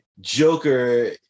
Joker